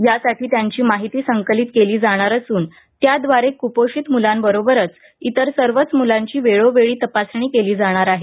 यासाठी त्यांची माहिती संकलित केली जाणार असून त्याद्वारे क्पोषित मुलांबरोबरच इतर सर्वच मुलांची वेळोवेळी तपासणी केली जाणार आहे